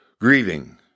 grieving